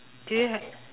do you have